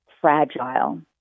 fragile